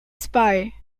spy